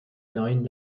neuen